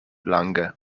lange